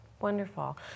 Wonderful